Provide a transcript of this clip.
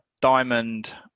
diamond